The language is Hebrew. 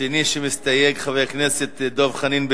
השני שמסתייג, חבר הכנסת דב חנין,